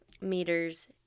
meters